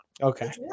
Okay